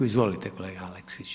Izvolite kolega Aleksić.